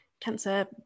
cancer